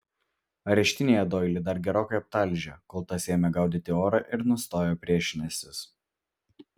areštinėje doilį dar gerokai aptalžė kol tas ėmė gaudyti orą ir nustojo priešinęsis